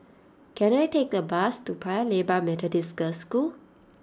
can I take a bus to Paya Lebar Methodist Girls' School